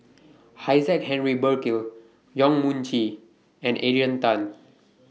Isaac Henry Burkill Yong Mun Chee and Adrian Tan